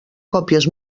còpies